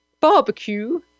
barbecue